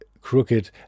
crooked